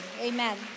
amen